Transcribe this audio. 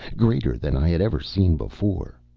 greater than i had ever seen before.